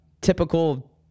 typical